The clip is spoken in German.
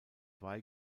zwei